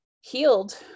healed